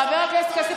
חבר הכנסת כסיף,